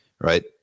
right